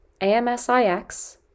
AMSIX